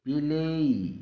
ବିଲେଇ